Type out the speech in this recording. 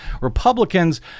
Republicans